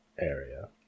area